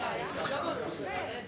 שי, עוד לא בממשלה, רגע.